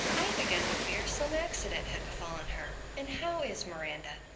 i had begun to fear some accident had befallen her. and how is miranda?